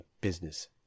business